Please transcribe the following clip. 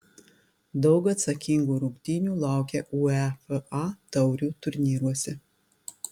daug atsakingų rungtynių laukia uefa taurių turnyruose